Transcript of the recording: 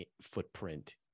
footprint